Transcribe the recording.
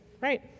right